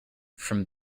from